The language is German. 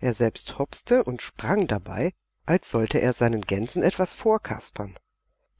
er selbst hopste und sprang dabei als sollte er seinen gänsen etwas vorkaspern